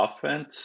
offense